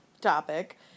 topic